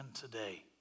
today